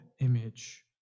image